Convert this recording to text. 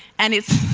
and it's